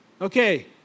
Okay